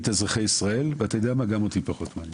את אזרחי ישראל וגם אותי פחות מעניין.